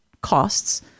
costs